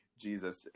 Jesus